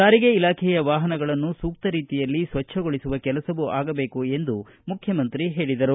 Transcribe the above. ಸಾರಿಗೆ ಇಲಾಖೆಯ ವಾಹನಗಳನ್ನು ಸೂಕ್ತ ರೀತಿಯಲ್ಲಿ ಸ್ವಚ್ಛಗೊಳಿಸುವ ಕೆಲಸವೂ ಆಗಬೇಕು ಎಂದು ಮುಖ್ಯಮಂತ್ರಿ ಹೇಳಿದರು